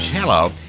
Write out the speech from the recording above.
Hello